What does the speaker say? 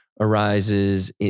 arises